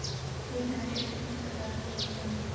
कीटनाशक कितने प्रकार के होते हैं?